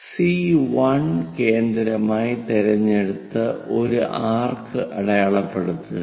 C1 കേന്ദ്രമായി തിരഞ്ഞെടുത്ത് ഒരു ആർക്ക് അടയാളപ്പെടുത്തുക